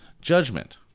judgment